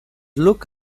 look